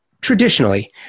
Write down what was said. traditionally